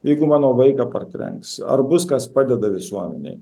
jeigu mano vaiką partrenks ar bus kas padeda visuomenėj